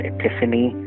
Epiphany